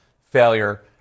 failure